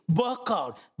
workout